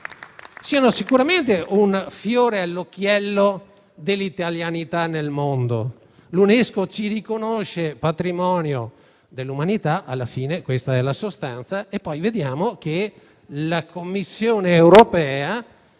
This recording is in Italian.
tratti sicuramente di un fiore all'occhiello dell'italianità nel mondo. L'UNESCO riconosce le nostre colline patrimonio dell'umanità, alla fine questa è la sostanza, ma poi vediamo che la Commissione europea